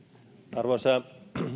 arvoisa